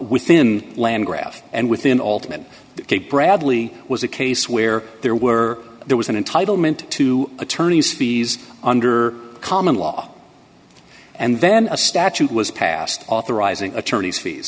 within land graph and within altman k bradley was a case where there were there was an entitlement to attorney's fees under common law and then a statute was passed authorizing attorneys fees